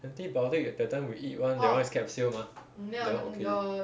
antibiotic that that time we eat [one] that [one] is capsule mah that [one] okay